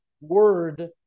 word